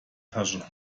tasche